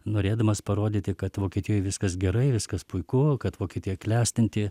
norėdamas parodyti kad vokietijoj viskas gerai viskas puiku kad vokietija klestinti